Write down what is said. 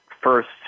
first